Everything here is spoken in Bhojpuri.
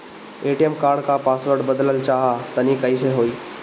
ए.टी.एम कार्ड क पासवर्ड बदलल चाहा तानि कइसे होई?